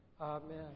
Amen